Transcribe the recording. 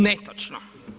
Netočno.